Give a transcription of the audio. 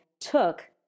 took